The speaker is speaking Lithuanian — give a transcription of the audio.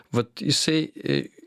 vat jisai